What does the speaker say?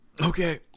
Okay